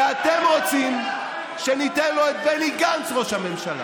ואתם רוצים שניתן לו את בני גנץ ראש הממשלה,